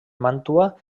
màntua